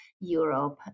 Europe